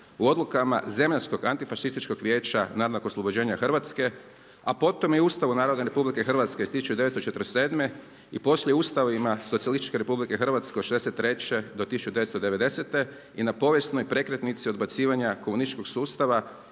u odlukama zemaljskog Antifašističkog vijeća narodnog oslobođenja Hrvatske, a potom i u Ustavu Narodne Republike Hrvatske iz 1947. i poslije u ustavima Socijalističke Republike Hrvatske od '63. do 1990. i na povijesnoj prekretnici odbacivanja komunističkog sustava